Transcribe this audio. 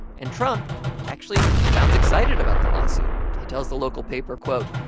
and trump actually sounds excited about the lawsuit. he tells the local paper, quote,